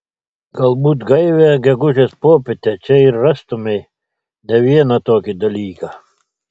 galbūt gaivią gegužės popietę čia ir rastumei ne vieną tokį dalyką